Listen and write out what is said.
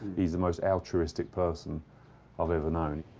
he's the most altruistic person i've ever known.